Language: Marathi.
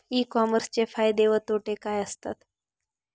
ई कॉमर्सचे फायदे व तोटे काय असतात?